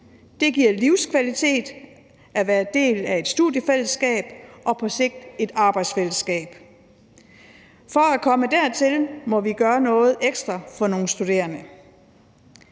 Det giver livskvalitet at være en del af et studiefællesskab og på sigt et arbejdsfællesskab. For at komme dertil må vi gøre noget ekstra for nogle studerende.